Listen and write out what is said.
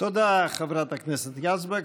תודה, חברת הכנסת יזבק.